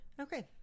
Okay